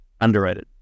Underrated